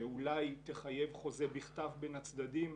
שאולי תחייב חוזה בכתב בין הצדדים,